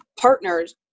partners